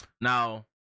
now